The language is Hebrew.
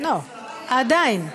לא היה, לא, עדיין.